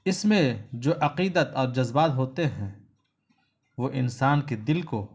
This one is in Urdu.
اس میں جو عقیدت اور جذبات ہوتے ہیں وہ انسان کے دل کو